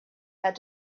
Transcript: had